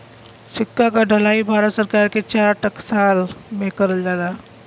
सिक्का क ढलाई भारत सरकार के चार टकसाल में करल जाला